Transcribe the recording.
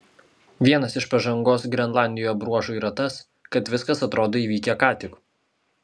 vienas iš pažangos grenlandijoje bruožų yra tas kad viskas atrodo įvykę ką tik